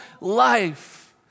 life